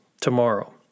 tomorrow